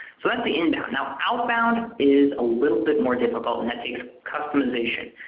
so that's the inbound. now, outbound is a little bit more difficult and that takes customization.